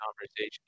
conversation